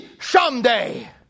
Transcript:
someday